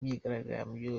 imyigaragambyo